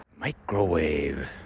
Microwave